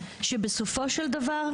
שבסופו של דבר,